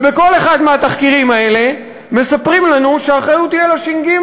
ובכל אחד מהתחקירים האלה מספרים לנו שהאחריות היא על הש"ג,